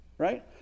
right